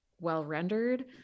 well-rendered